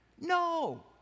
No